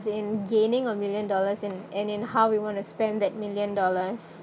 in gaining a million dollars and and in how we want to spend that million dollars